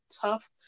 tough